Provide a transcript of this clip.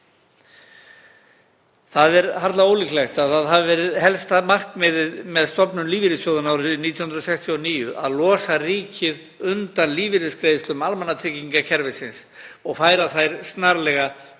Það er harla ólíklegt að það hafi verið helsta markmiðið með stofnun lífeyrissjóðanna árið 1969 að losa ríkið undan lífeyrisgreiðslum almannatryggingakerfisins og færa þær snarlega